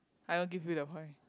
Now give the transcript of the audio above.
I won't give you the point